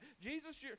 Jesus